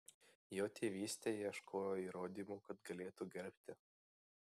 jo tėvystei ieškojo įrodymų kad galėtų gerbti